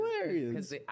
hilarious